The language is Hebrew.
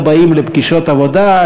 אלא באים לפגישות עבודה,